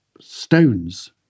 stones